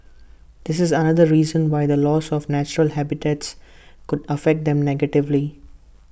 this is another reason why the loss of natural habitats could affect them negatively